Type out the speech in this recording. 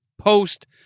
post